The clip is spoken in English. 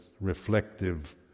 reflective